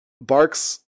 barks